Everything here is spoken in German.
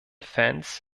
fans